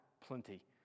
plenty